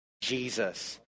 Jesus